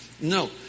No